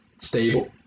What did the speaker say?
stable